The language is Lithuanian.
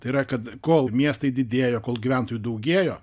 tai yra kad kol miestai didėjo kol gyventojų daugėjo